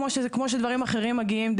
כמו שדברים אחרים מגיעים,